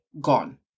gone